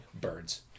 birds